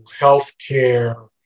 healthcare